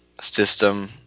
system